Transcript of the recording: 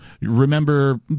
remember